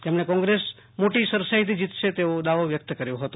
તેમણે કોંગ્રેસ મોટી સરસાઈથી જીતશે તેવો દાવો વ્યક્ત કર્યો હતો